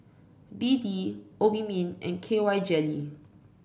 B D Obimin and K Y Jelly